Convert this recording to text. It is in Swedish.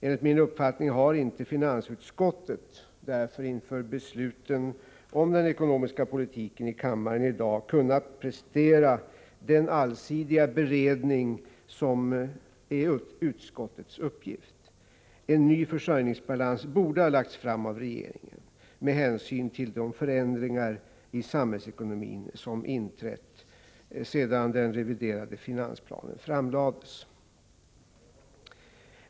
Enligt min uppfattning har finansutskottet därför inte inför de beslut om den ekonomiska politiken som skall fattas i kammaren i dag kunnat prestera den allsidiga beredning som är utskottets uppgift. En ny försörjningsbalans borde ha lagts fram av regeringen, med hänsyn till de förändringar i samhällsekonomin som inträtt sedan den reviderade finansplanen framlades.